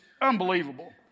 unbelievable